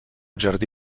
jardí